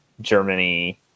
Germany